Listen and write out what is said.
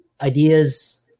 ideas